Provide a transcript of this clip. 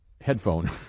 headphone